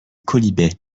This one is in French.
quolibets